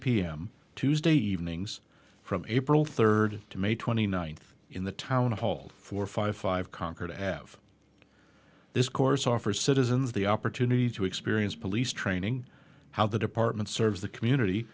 pm tuesday evenings from april third to may twenty ninth in the town hall for five five conquer to have this course offer citizens the opportunity to experience police training how the department serves the community